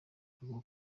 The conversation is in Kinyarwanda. avuga